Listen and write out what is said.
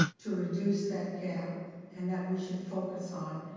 to reduce that gap and that we should focus on?